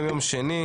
היום יום שני,